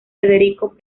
federico